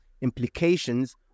implications